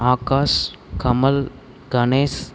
Akash Kamal Ganesh